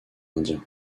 indien